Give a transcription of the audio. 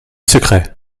secret